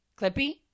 Clippy